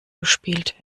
gespielt